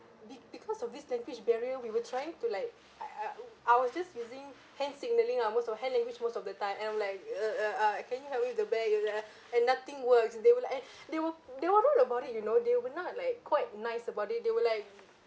be~ because of this language barrier we were trying to like I I w~ I was just using hand signalling lah most of hand language most of the time and I'm like ugh ugh ah can you help me with the bag ugh and nothing works and they were and they were they were not about it you know they were not like quite nice about it they were like